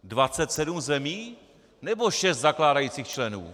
Dvacet sedm zemí, nebo šest zakládajících členů?